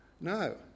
no